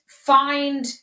find